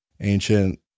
ancient